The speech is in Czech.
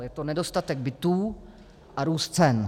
Je to nedostatek bytů a růst cen.